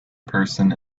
person